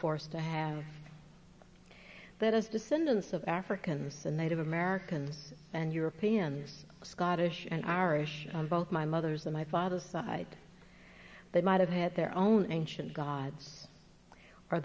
forced to have that as descendants of africans and native americans and europeans scottish and irish both my mother's that my father's side they might have had their own ancient gods or